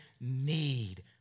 need